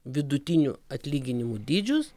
vidutinių atlyginimų dydžius